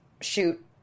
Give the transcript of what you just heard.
shoot